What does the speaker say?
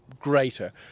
greater